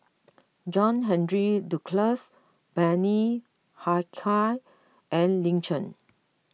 John Henry Duclos Bani Haykal and Lin Chen